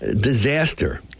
disaster